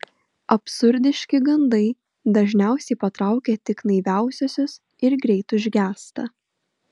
absurdiški gandai dažniausiai patraukia tik naiviausiuosius ir greit užgęsta